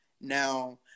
now